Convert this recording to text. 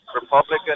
Republican